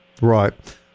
Right